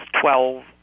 twelve